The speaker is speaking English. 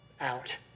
out